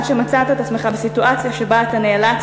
עד שמצאת את עצמך בסיטואציה שבה אתה נאלץ